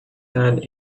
hand